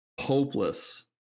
hopeless